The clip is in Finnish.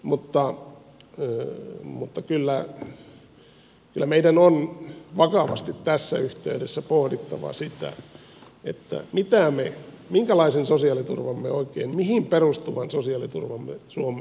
mutta kyllä meidän on vakavasti tässä yhteydessä pohdittava sitä minkälaisen sosiaaliturvan mihin perustuvan sosiaaliturvan me oikein suomeen haluamme